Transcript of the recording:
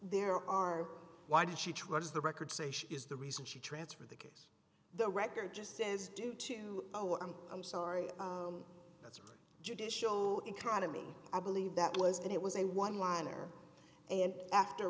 there are why did she trust the record say she is the reason she transfer the kids the record just says do to oh i'm i'm sorry the judicial in qana me i believe that was and it was a one liner and after